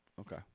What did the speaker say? Okay